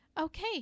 okay